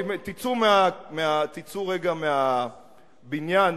אם תצאו רגע מהבניין,